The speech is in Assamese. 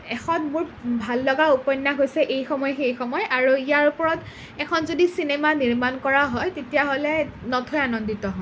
এখন মোৰ ভাল লগা উপন্যাস হৈছে 'এই সময় সেই সময়' আৰু ইয়াৰ ওপৰত এখন যদি চিনেমা নিৰ্মাণ কৰা হয় তেতিয়াহ'লে নথৈ আনন্দিত হ'ম